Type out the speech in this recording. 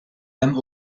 lames